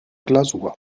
glasur